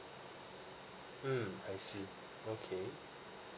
mm I see okay